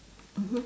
mmhmm